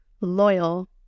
loyal